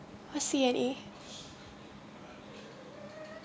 what C and A